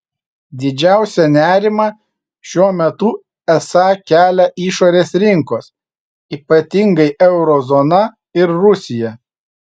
didžiausią nerimą šiuo metu esą kelia išorės rinkos ypatingai euro zona ir rusija